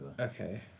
Okay